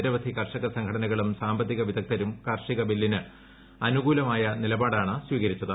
നിരവധി കർഷക സംഘടനകളും സാമ്പത്തിക വിദഗ്ധരും കാർഷിക ബില്ലിന് അനുകൂലമായ നിലപാടാണ് സ്വീകരിച്ചത്